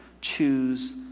choose